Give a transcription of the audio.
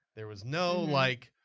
there was no like,